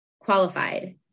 qualified